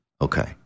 Okay